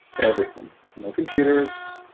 everything no computers.